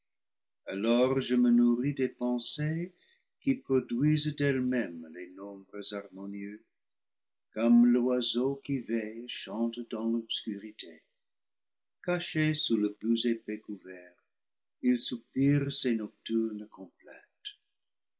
alors je me nourris des pensées qui produisent d'elles-mêmes les nombres harmonieux comme l'oiseau qui veille chante dans l'obscurité caché sous le plus épais couvert îl soupire ses nocturnes